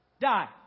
Die